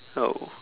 oh